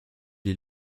est